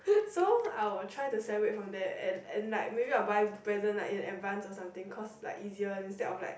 so I will try to celebrate from there and and like maybe I'll buy a present lah in advance or something cause like easier instead of like